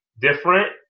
different